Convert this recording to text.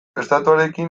estatuarekin